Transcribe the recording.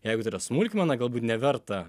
jeigu tai yra smulkmena galbūt neverta